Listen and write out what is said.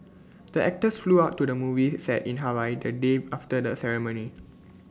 the actors flew out to the movie set in Hawaii the day after the ceremony